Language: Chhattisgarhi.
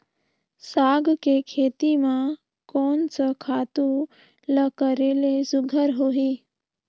साग के खेती म कोन स खातु ल करेले सुघ्घर होही?